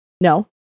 No